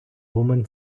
woman